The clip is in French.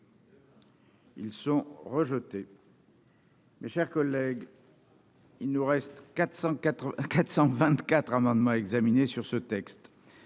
Ils sont rejetés. Et. Mes chers collègues. Il nous reste 480 à 424 amendements à examiner sur ce texte,